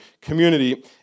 community